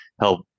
help